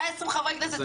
120 חברי כנסת,